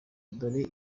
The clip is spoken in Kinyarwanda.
dore